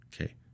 Okay